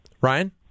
Ryan